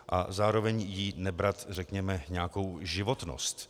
A zároveň jí nebrat, řekněme, nějakou životnost.